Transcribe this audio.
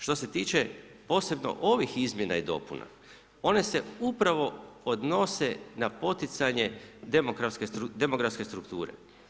Što se tiče posebno ovih izmjena i dopuna, one se upravo odnose na poticanje demografske strukture.